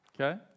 Okay